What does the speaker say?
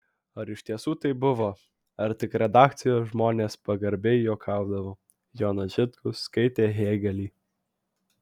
ar iš tiesų taip buvo ar tik redakcijos žmonės pagarbiai juokaudavo jonas žitkus skaitė hėgelį